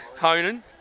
Honan